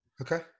Okay